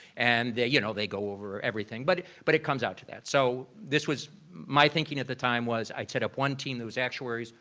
and you know, they go over everything but but it comes out to that. so this was my thinking at the time was i'd set up one team that was actuaries,